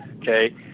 okay